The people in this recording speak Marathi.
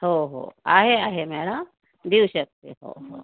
हो हो आहे आहे मॅडम देऊ शकते हो हो